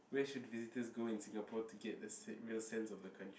where should visitors go in Singapore to get the se~ real sense of the country